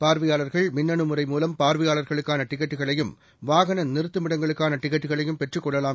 பார்வையாளர்கள் மின்னனுமுறை மூலம் பார்வையாளர்களுக்கானடிக்கெட்டுகளையும் வாகனநிறத்தமிடங்களுக்கானடிக்கெட்டுகளையும் பெற்றுக்கொள்ளலாம்